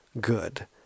good